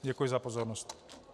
Děkuji za pozornost.